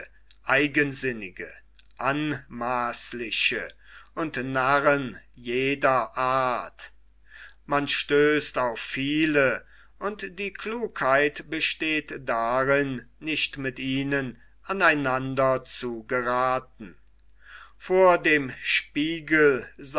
man stößt auf viele und die klugheit besteht darin nicht mit ihnen aneinander zu gerathen vor dem spiegel